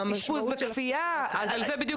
אשפוז בכפייה,